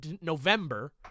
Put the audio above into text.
November